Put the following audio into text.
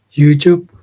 YouTube